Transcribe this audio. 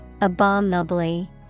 Abominably